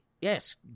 Yes